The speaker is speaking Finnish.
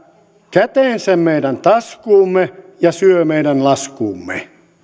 kätensä meidän taskuumme ja syö meidän laskuumme